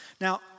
Now